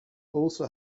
also